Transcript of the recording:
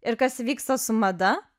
ir kas įvyksta su mada